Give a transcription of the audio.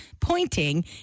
pointing